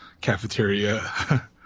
cafeteria